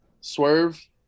Swerve